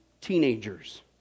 teenagers